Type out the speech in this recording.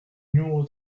numéro